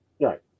right